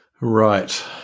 Right